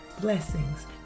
blessings